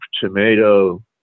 tomato